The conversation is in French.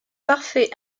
parfait